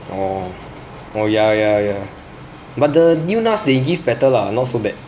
oh oh ya ya ya but the new mask they give better lah not so bad